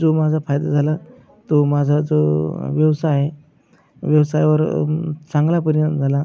जो माझा फायदा झाला तो माझा जो व्यवसाय आहे व्यवसायावर चांगला परिणाम झाला